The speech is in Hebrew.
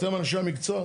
אתם אנשי המקצוע?